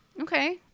Okay